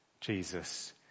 Jesus